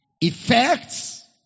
effects